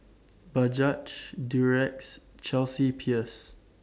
Bajaj Durex Chelsea Peers